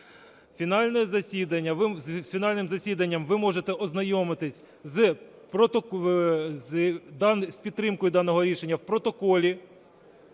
З фінальним засіданням ви можете ознайомитися з підтримкою даного рішення в протоколі